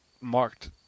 marked